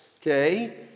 okay